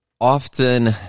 often